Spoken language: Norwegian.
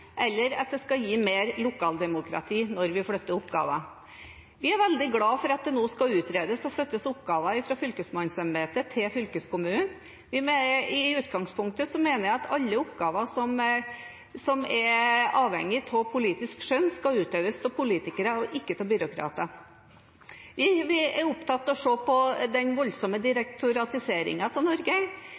eller at det skal gi mer lokaldemokrati når vi flytter oppgaver. Vi er veldig glad for at det nå skal utredes og flyttes oppgaver fra fylkesmannsembetet til fylkeskommunen. I utgangspunktet mener jeg at alle oppgaver som er avhengig av politisk skjønn, skal utøves av politikere og ikke av byråkrater. Vi er opptatt av å se på den voldsomme «direktoratiseringen» av Norge.